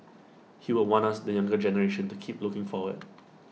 he would want us the younger generation to keep looking forward